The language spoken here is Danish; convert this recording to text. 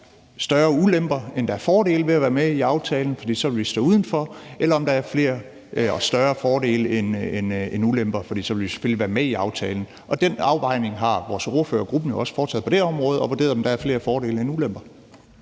større ulemper, end der er fordele, ved at være med i aftalen, for så vil vi stå udenfor, eller om der er flere og større fordele end ulemper, for så vil vi selvfølgelig være med i aftalen. Den afvejning har vores ordfører og gruppen jo også foretaget på det område, altså vurderet, om der er flere fordele end ulemper.